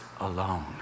alone